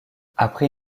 après